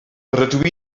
rydw